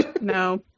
No